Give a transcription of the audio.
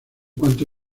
cuanto